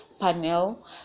panel